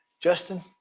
Justin